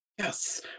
Yes